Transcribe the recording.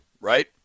right